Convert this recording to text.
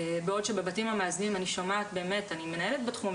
בעוד שבבתים המאזנים אני באמת שומעת אני מנהלת בתחום,